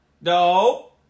No